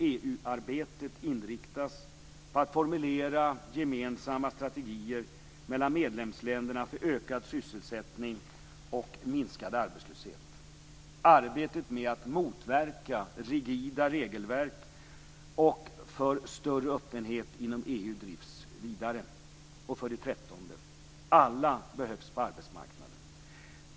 EU-arbetet inriktas på att formulera gemensamma strategier mellan medlemsländerna för ökad sysselsättning och minskad arbetslöshet. Arbetet med att motverka rigida regelverk och för större öppenhet inom EU drivs vidare. 13. Alla behövs på arbetsmarknaden.